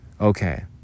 Okay